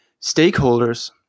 stakeholders